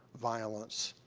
violence,